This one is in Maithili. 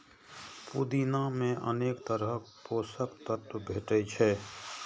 पुदीना मे अनेक तरहक पोषक तत्व भेटै छै